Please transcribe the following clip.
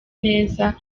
neza